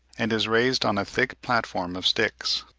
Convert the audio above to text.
and is raised on a thick platform of sticks.